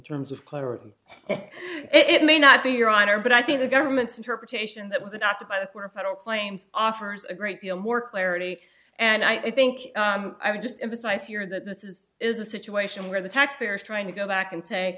terms of clarity it may not be your honor but i think the government's interpretation that was adopted by the federal claims offers a great deal more clarity and i think i would just emphasize here that this is is a situation where the taxpayer is trying to go back and say